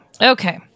Okay